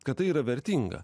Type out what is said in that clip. kad tai yra vertinga